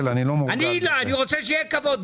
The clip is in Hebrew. לא, זה לא החלפה?